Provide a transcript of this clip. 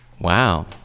Wow